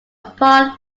upon